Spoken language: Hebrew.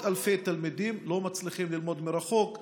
אלפי תלמידים לא מצליחים ללמוד מרחוק,